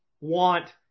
want